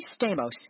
Stamos